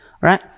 right